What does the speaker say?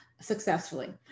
successfully